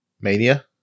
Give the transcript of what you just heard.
Mania